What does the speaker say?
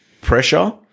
pressure